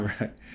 Right